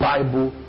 Bible